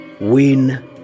win